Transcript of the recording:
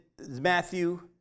Matthew